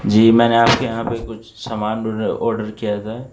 جی میں نے آپ کے یہاں پہ کچھ سامان آڈر کیا تھا